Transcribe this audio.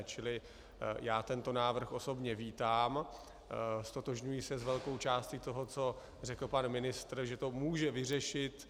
Čili já tento návrh osobně vítám, ztotožňuji se s velkou části toho, co řekl pan ministr, že to může vyřešit...